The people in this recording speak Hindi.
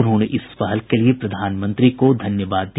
उन्होंने इस पहल के लिए प्रधानमंत्री को धन्यवाद दिया